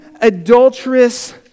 adulterous